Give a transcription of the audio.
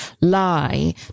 lie